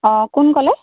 অঁ কোন ক'লে